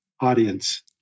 audience